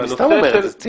אני סתם אומר את זה.